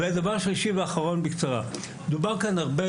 הדבר השלישי והאחרון: דובר כאן הרבה